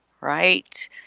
Right